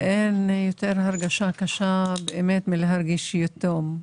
ואין יותר הרגשה קשה באמת מלהרגיש יתום.